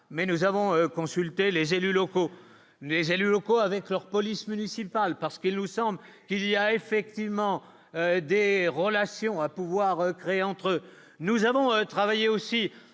mais nous avons consulté les élus locaux, les élus locaux, avec leur police municipale parce qu'il nous semble qu'il y a effectivement des relations à pouvoir créer entre nous avons travaillé aussi